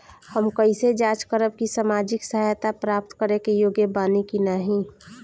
हम कइसे जांच करब कि सामाजिक सहायता प्राप्त करे के योग्य बानी की नाहीं?